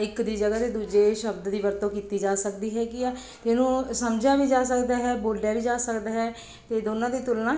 ਇੱਕ ਦੀ ਜਗ੍ਹਾ 'ਤੇ ਦੂਜੇ ਸ਼ਬਦ ਦੀ ਵਰਤੋਂ ਕੀਤੀ ਜਾ ਸਕਦੀ ਹੈਗੀ ਆ ਇਹਨੂੰ ਸਮਝਿਆ ਵੀ ਜਾ ਸਕਦਾ ਹੈ ਬੋਲਿਆ ਵੀ ਜਾ ਸਕਦਾ ਹੈ ਅਤੇ ਦੋਨਾਂ ਦੀ ਤੁਲਨਾ